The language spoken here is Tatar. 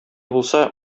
булса